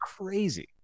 crazy